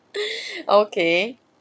okay